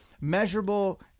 measurable